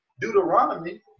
Deuteronomy